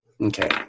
Okay